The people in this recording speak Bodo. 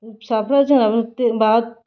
फिसाफोरा जोंहा माबा